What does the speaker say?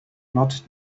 not